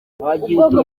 ntibari